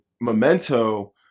Memento